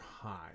high